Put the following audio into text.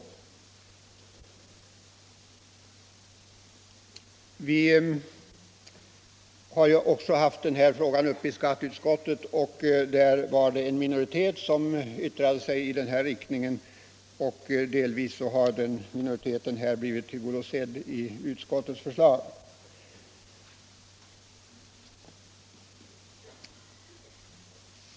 Vi har även haft denna fråga uppe i skatteutskottet och där yttrade sig en minoritet i den här riktningen. Den minoriteten har genom utskottets förslag delvis blivit tillgodosedd.